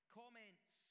comments